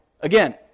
Again